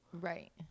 Right